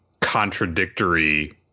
contradictory